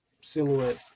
silhouette